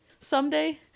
someday